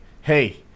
hey –